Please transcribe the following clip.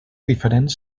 diferents